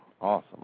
awesome